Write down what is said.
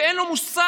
אין לו מושג,